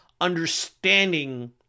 understanding